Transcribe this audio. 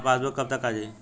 हमार पासबूक कब तक आ जाई?